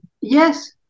Yes